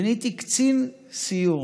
ואני הייתי קצין סיור